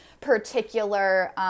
particular